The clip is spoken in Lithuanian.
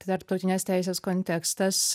tarptautinės teisės kontekstas